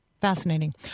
Fascinating